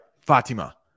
Fatima